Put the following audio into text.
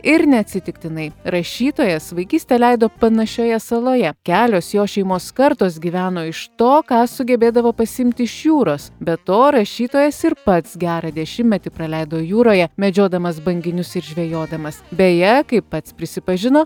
ir neatsitiktinai rašytojas vaikystę leido panašioje saloje kelios jo šeimos kartos gyveno iš to ką sugebėdavo pasiimti iš jūros be to rašytojas ir pats gerą dešimtmetį praleido jūroje medžiodamas banginius ir žvejodamas beje kaip pats prisipažino